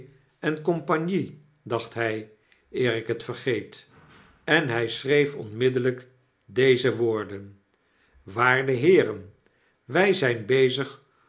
en compagnie dacht hy eer ik het vergeet en hy schreef onmiddellfik in deze woorden waarde heeren wj zp bezig